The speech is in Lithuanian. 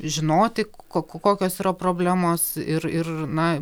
žinoti kok kokios yra problemos ir ir na